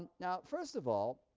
and now first of all,